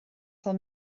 fel